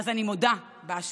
אז אני מודה באשמה.